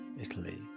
Italy